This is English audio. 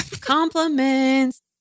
Compliments